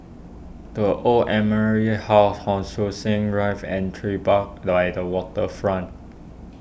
the Old Admiralty House Hon Sui Sen Drive and Tribeca lie the Waterfront